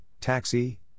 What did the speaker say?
taxi